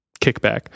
kickback